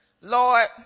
Lord